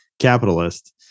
capitalist